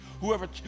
Whoever